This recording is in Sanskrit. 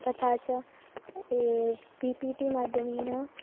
तथा च पि पि टि माध्यमेन